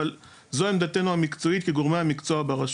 אבל זו עמדתנו המקצועית כגורמי המקצוע ברשות.